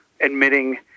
Admitting